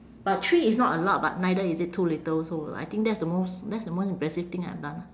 but three is not a lot but neither is it too little so I think that's the most that's the most impressive thing I've done ah